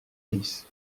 alice